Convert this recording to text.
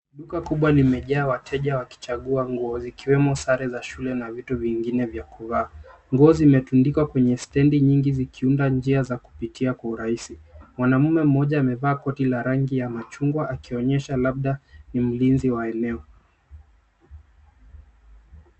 Duka kubwa limejaa wateja wakichagua nguo zikiwemo sare za shule na vitu vingine vya kuvaa. Nguo zimetundikwa kwenye stedi nyingi zikiunda njia za kupitia kwa urahisi. Mwanaume mmoja amevaa koti la rangi ya machungwa akionyesha labda ni mlinzi wa eneo.